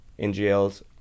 NGLs